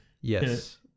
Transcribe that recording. Yes